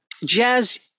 Jazz